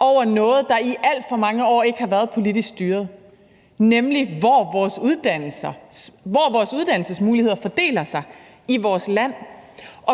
over noget, der i alt for mange år ikke har været politisk styret, nemlig hvordan vores uddannelsesmuligheder fordeler sig i vores land.